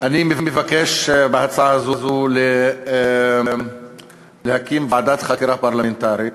אני מבקש, בהצעה הזאת, להקים ועדת חקירה פרלמנטרית